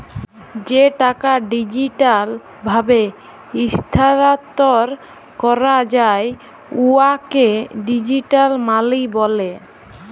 যে টাকা ডিজিটাল ভাবে ইস্থালাল্তর ক্যরা যায় উয়াকে ডিজিটাল মালি ব্যলে